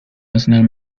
nacional